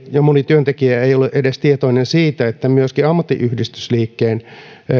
ja moni työntekijä ei ole edes tietoinen siitä että myöskin ammattiyhdistysliikkeen